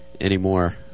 anymore